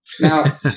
Now